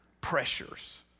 pressures